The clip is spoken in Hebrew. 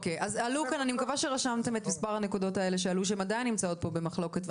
אני מקווה שרשמתם את מספר הנקודות האלה שעלו שעדיין נמצאות פה במחלוקת,